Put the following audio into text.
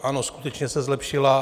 Ano, skutečně se zlepšila.